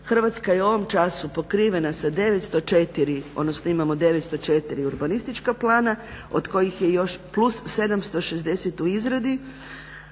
Hrvatska je u ovom času pokrivena sa 904 odnosno imamo 904 urbanistička plana od kojih je još plus 760 u izradi.